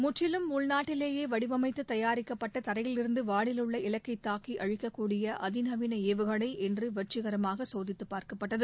முற்றிலும் உள்நாட்டியேயே வடிவமைத்து தயாரிக்கப்பட்ட தரையிலிருந்து வானில் உள்ள இலக்கை தாக்கி அழிக்கக்கூடிய அதி நவீன ஏவுகணை இன்று வெற்றிகரமாக சோதித்து பார்க்கப்பட்டது